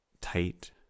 tight